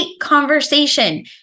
conversation